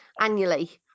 annually